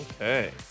Okay